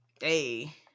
Hey